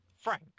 Frank